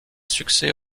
succès